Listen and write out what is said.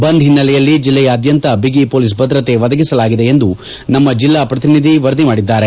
ಬಂದ್ ಹಿನ್ನೆಲೆಯಲ್ಲಿ ಜಿಲ್ಲೆಯಾದ್ಯಂತ ಬಿಗಿ ಪೊಲೀಸ್ ಭದ್ರತೆ ಒದಗಿಸಲಾಗಿದೆ ಎಂದು ನಮ್ಮ ಜಿಲ್ಲಾ ಪ್ರತಿನಿಧಿ ವರದಿ ಮಾದಿದ್ದಾರೆ